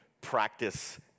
practice